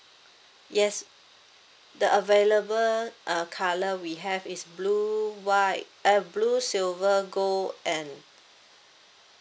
yes the available uh colour we have is blue white eh blue silver gold and